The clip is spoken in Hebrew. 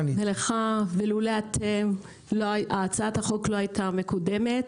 אילולא אתם הצעת החוק לא הייתה מקודמת.